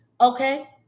Okay